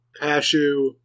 Cashew